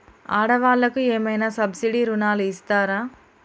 ఆడ వాళ్ళకు ఏమైనా సబ్సిడీ రుణాలు ఇస్తారా?